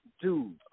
dude